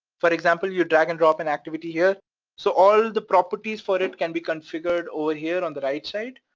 for example, you drag and drop and activity here so all the properties for it can be configured over here on the right side,